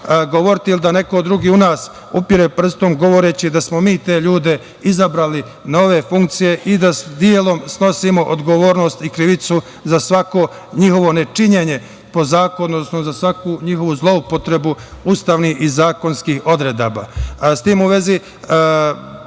govoriti ili da neko drugi u nas upire prstom, govoreći da smo mi te ljude izabrali na ove funkcije i da delom snosimo odgovornost i krivicu za svako njihovo nečinjenje po zakonu, odnosno za svaku njihovu zloupotrebu ustavnih i zakonskih odredaba.S